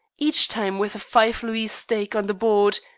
each time with a five louis stake on the board,